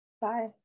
Bye